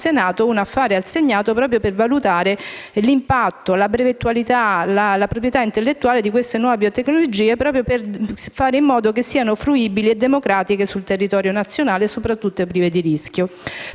Senato, un affare assegnato, proprio per valutare l'impatto, la brevettualità e la proprietà intellettuale di queste nuove biotecnologie per renderle fruibili e democratiche sul territorio nazionale e soprattutto prive di rischio.